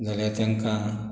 जाल्यार तांकां